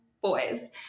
boys